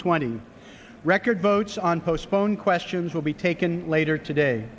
twenty record votes on postpone questions will be taken later today